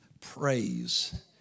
praise